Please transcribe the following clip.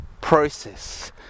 process